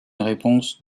réponse